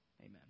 Amen